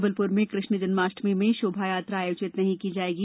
जबलपुर में कृष्ण जन्माष्टमी में शोभायात्रा आयोजित नहीं की जाएगी